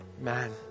Man